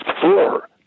four